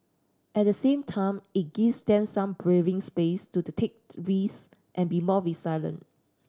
at the same time it gives some breathing space to the take to this and be more resilient